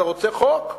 אתה רוצה חוק?